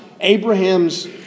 Abraham's